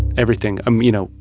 everything um you know,